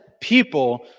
people